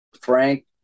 frank